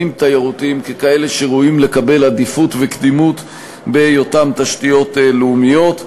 תיירותיים ככאלה שראויים לקבל עדיפות וקדימות בהיותם תשתיות לאומיות.